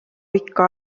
pikka